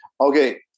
Okay